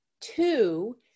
Two